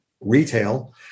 retail